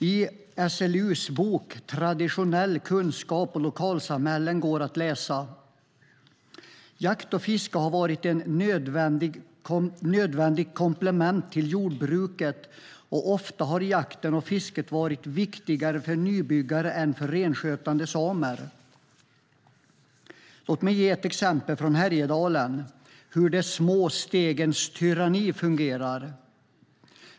I SLU:s bok Traditionell kunskap och lokalsamhällen går att läsa: "Jakt och fiske har varit ett nödvändigt komplement till jordbruket och ofta har jakten och fisket varit viktigare för nybyggare än för renskötande samer." Låt mig ge ett exempel från Härjedalen på hur de små stegens tyranni fungerar.